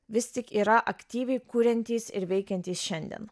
vis tik yra aktyviai kuriantys ir veikiantys šiandien